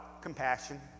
Compassion